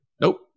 Nope